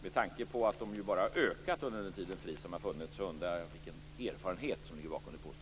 Med tanke på att de ju bara har ökat under den tid då FRI SAM har funnits undrar jag vilken erfarenhet som ligger bakom det påståendet.